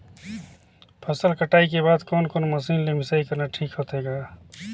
फसल कटाई के बाद कोने कोने मशीन ले मिसाई करना ठीक होथे ग?